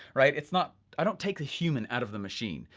right. it's not, i don't take the human out of the machine.